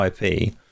IP